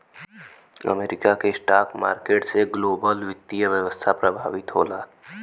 America के stock market से global वित्तीय व्यवस्था प्रभावित होला